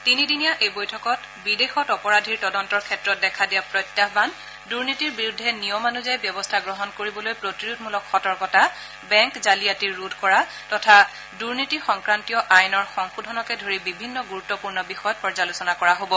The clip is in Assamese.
তিনিদিনীয়া এই বৈঠকত বিদেশত অপৰাধীৰ তদন্তৰ ক্ষেত্ৰত দেখা দিয়া প্ৰত্যাহান দুৰ্নীতিৰ বিৰুদ্ধে নিয়মানুযায়ী ব্যৱস্থা গ্ৰহণ কৰিবলৈ প্ৰতিৰোধমূলক সতৰ্কতা বেংক জালিয়াতি ৰোধ কৰা তথা দুৰ্নীতি সংক্ৰান্তীয় আইনৰ সংশোধনকে ধৰি বিভিন্ন গুৰুত্পূৰ্ণ বিষয়ত পৰ্যালোচনা কৰা হ'ব